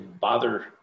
bother